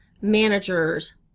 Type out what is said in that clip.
managers